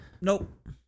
Nope